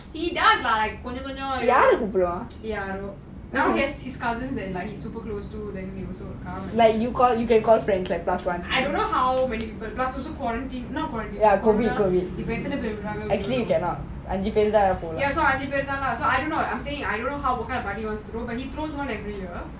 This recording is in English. கொஞ்சம் கொஞ்சம் யாரோ:konjam konjam yaaro now then discuss I don't know how mnay people plus also quarantine so I need baton so I need to ask the thing is I don't know how இப்போ எத்தனை பெரு வரங்கனு தெரில:ipo yeathana peru varanganu terila madi wants it's more like